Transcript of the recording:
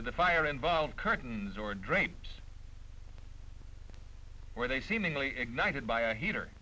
in the fire involved curtains or drains where they seemingly ignited by a heater